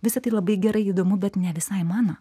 visa tai labai gerai įdomu bet ne visai mano